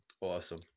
Awesome